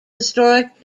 historic